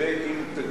ועם תגים.